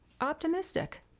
optimistic